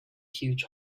huge